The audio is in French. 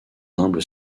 humble